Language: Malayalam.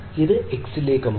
ഇത് x ലേക്കുമാണ്